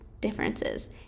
differences